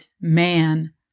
man